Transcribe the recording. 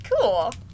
Cool